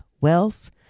wealth